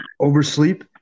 oversleep